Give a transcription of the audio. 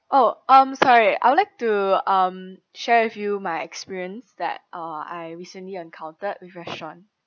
oh um sorry I would like to um share with you my experience that uh I recently encountered with restaurant